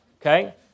Okay